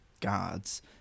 gods